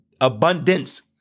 abundance